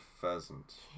pheasant